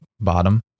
bottom